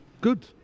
Good